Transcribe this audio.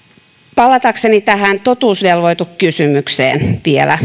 palatakseni vielä totuusvelvoitekysymykseen